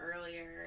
earlier